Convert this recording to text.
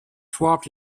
swapped